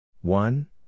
one